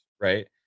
Right